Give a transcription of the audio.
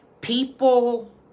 People